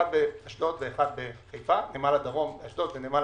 אחד בנמל הדרום באשדוד ואחד בנמל